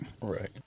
right